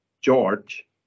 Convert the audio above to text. George